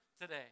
today